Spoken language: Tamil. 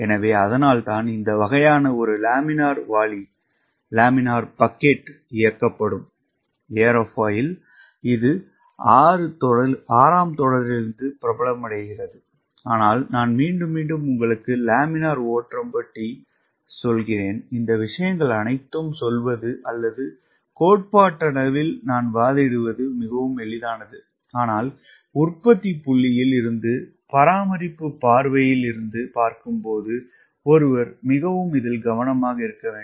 எனவே அதனால்தான் இந்த வகையான ஒரு லேமினார் வாளி இயக்கப்படும் ஏரோஃபாயில் இது 6 தொடர்களிலிருந்து பிரபலமடைகிறது ஆனால் நான் மீண்டும் மீண்டும் உங்களுக்கு லேமினார் ஓட்டம் பற்றி சொல்கிறேன் இந்த விஷயங்கள் அனைத்தும் சொல்வது அல்லது கோட்பாட்டளவில் வாதிடுவது மிகவும் எளிதானது ஆனால் உற்பத்தி புள்ளியில் இருந்து பராமரிப்பு பார்வையில் இருந்து பார்க்கும்போது ஒருவர் மிகவும் கவனமாக இருக்க வேண்டும்